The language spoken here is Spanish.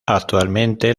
actualmente